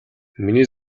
миний